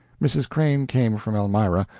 mrs. crane came from elmira,